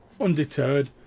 undeterred